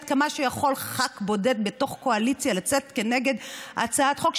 עד כמה שיכול ח"כ בודד בתוך קואליציה לצאת כנגד הצעת חוק,